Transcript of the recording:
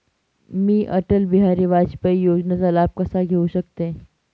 मी अटल बिहारी वाजपेयी योजनेचा लाभ कसा घेऊ शकते?